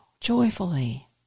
Joyfully